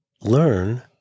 learn